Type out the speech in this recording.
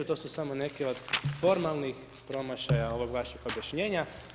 To su samo neki od formalnih promašaja ovih vaših objašnjenja.